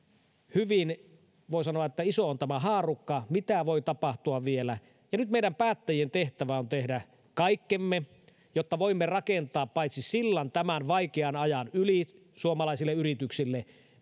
voi sanoa että hyvin iso on tämä haarukka mitä voi tapahtua vielä ja nyt meidän päättäjien tehtävä on tehdä kaikkemme jotta voimme rakentaa paitsi sillan tämän vaikean ajan yli suomalaisille yrityksille